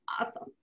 awesome